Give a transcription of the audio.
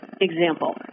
Example